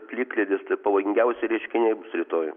plikledis tai pavojingiausi reiškiniai bus rytoj